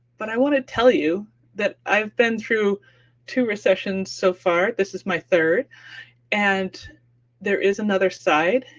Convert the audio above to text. but i want to tell you that i've been through two recessions so far this is my third and there is another side,